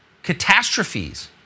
catastrophes